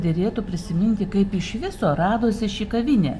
derėtų prisiminti kaip iš viso radosi ši kavinė